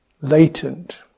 latent